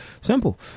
Simple